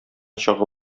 чагы